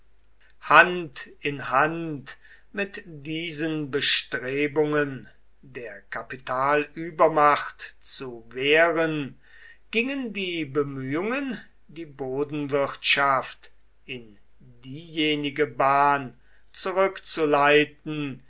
hand in hand mit diesen bestrebungen der kapitalübermacht zu wehren gingen die bemühungen die bodenwirtschaft in diejenige bahn zurückzuleiten